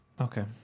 Okay